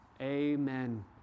Amen